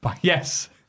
Yes